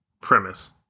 premise